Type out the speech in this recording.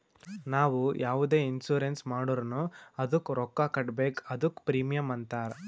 ನಾವು ಯಾವುದೆ ಇನ್ಸೂರೆನ್ಸ್ ಮಾಡುರ್ನು ಅದ್ದುಕ ರೊಕ್ಕಾ ಕಟ್ಬೇಕ್ ಅದ್ದುಕ ಪ್ರೀಮಿಯಂ ಅಂತಾರ್